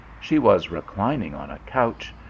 she was reclining on a couch,